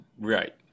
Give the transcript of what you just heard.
right